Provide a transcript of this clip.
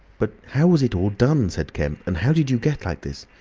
but how was it all done? said kemp, and how did you get like this?